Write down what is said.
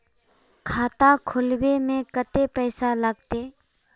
खाता खोलबे में कते पैसा लगते?